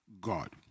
God